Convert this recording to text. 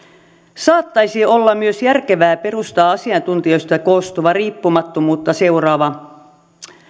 saattaisi olla myös järkevää perustaa asiantuntijoista koostuva riippumattomuutta seuraava